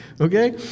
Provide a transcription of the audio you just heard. Okay